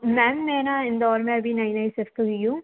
ma'am मैं न इंदौर में अभी नई नई सिफ़्ट हुई हूँ